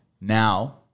now